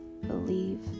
believe